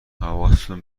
حواستون